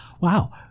Wow